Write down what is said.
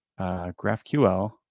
GraphQL